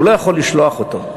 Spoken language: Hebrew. הוא לא יכול לשלוח אותו.